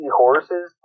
horses